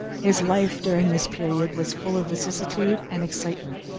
his life, during this period, was full of vicissitude and excitement,